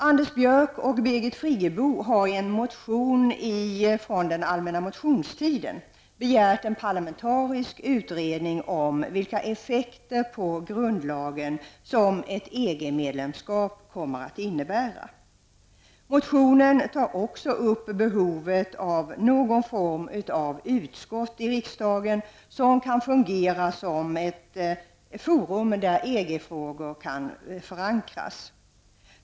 Anders Björck och Birgit Friggebo har i en motion som väcktes under den allmänna motionstiden begärt en parlamentarisk utredning om vilka effekter på grundlagen som ett EG medlemskap kommer att få. Motionen tar också upp behovet av någon form av utskott i riksdagen, som kan fungera som ett forum där EG-frågor kan förankras.